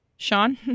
Sean